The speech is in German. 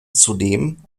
zudem